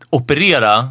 operera